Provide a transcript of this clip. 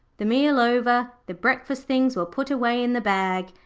the meal over, the breakfast things were put away in the bag,